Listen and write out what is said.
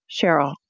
Cheryl